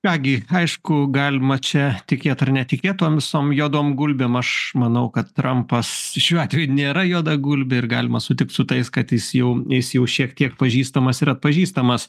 ką gi aišku galima čia tikėt ar netikėt tom visom juodom gulbėm aš manau kad trampas šiuo atveju nėra juoda gulbė ir galima sutikt su tais kad jis jau jis jau šiek tiek pažįstamas ir atpažįstamas